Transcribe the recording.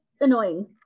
annoying